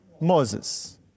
Moses